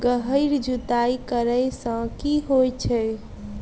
गहिर जुताई करैय सँ की होइ छै?